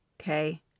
okay